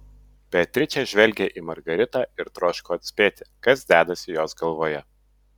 beatričė žvelgė į margaritą ir troško atspėti kas dedasi jos galvoje